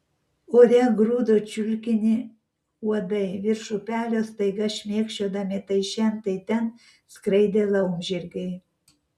ore grūdo čiulkinį uodai virš upelio staiga šmėkščiodami tai šen tai ten skraidė laumžirgiai